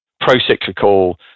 pro-cyclical